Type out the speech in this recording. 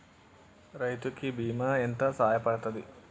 రైతు కి బీమా ఎంత సాయపడ్తది?